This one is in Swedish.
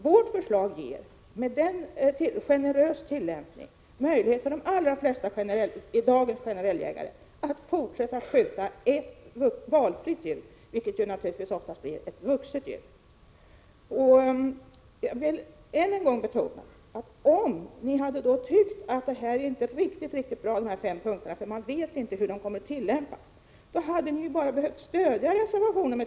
Vårt förslag ger med en generös tillämpning möjligheter för de allra flesta ”generelljägare” i dag att även i fortsättningen skjuta ett valfritt djur, vilket naturligtvis oftast blir ett vuxet djur. Om ni hade tyckt att de här fem punkterna inte är riktigt bra, eftersom man inte vet hur de kommer att tillämpas, hade ni bara behövt stödja reservation 3.